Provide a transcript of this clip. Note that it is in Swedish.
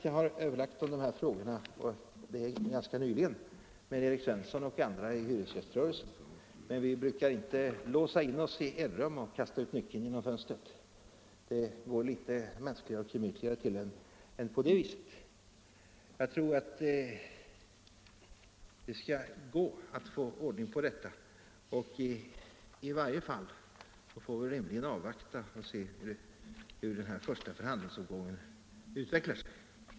Jag har överlagt om dessa frågor — och det ganska nyligen - med Erik Svensson och andra företrädare för hyresgäströrelsen, men vi brukar inte låsa in oss i enrum och kasta ut nyckeln genom fönstret. Det går litet mänskligare och gemytligare till än så. Jag tror att det skall bli möjligt att komma till rätta med det här pro blemet. I varje fall får vi rimligen avvakta och se hur denna första förhandlingsomgång utvecklar sig.